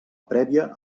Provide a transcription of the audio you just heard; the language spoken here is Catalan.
prèvia